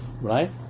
right